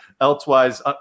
elsewise